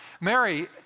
Mary